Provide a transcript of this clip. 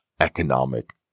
economic